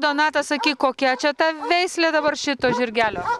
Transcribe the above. donata sakyk kokia čia ta veislė dabar šito žirgelio